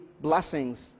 blessings